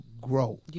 grow